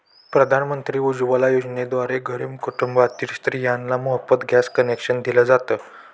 प्रधानमंत्री उज्वला योजनेद्वारे गरीब कुटुंबातील स्त्रियांना मोफत गॅस कनेक्शन दिल जात